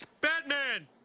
Batman